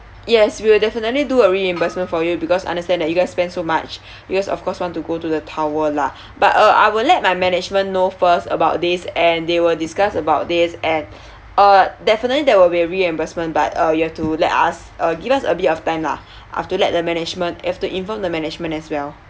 yes we will definitely do a reimbursement for you because understand that you guys spend so much you guys of course you want to go to the tower lah but uh I will let my management knoww first about this and they will discuss about this and uh definitely there will be a reimbursement but uh you have to let us uh give us a bit of time lah I've to let the management have to inform the management as well